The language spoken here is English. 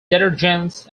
detergents